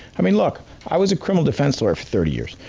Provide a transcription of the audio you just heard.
i mean, look, i was a criminal defense lawyer for thirty years.